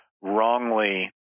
Wrongly